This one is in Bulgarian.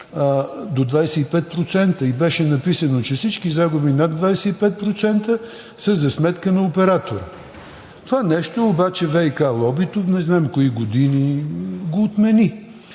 до 25% и беше написано, че всички загуби над 25% са за сметка на оператора. Това нещо обаче ВиК лобито не знам кои години го отмени.